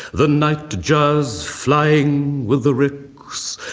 the nightjarsflying with the ricks,